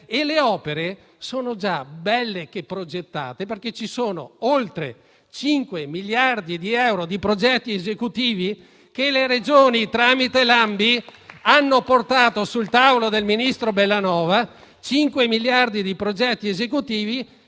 e le opere sono già belle che progettate, perché ci sono oltre cinque miliardi di euro di progetti esecutivi che le Regioni, tramite l'ANBI, hanno portato sul tavolo del ministro Bellanova. A fronte di questi